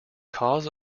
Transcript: cause